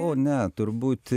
o ne turbūt